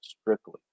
strictly